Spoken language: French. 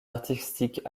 artistiques